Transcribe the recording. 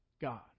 God